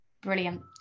Brilliant